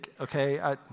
okay